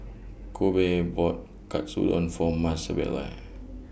Kobe bought Katsudon For Maebelle